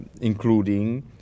including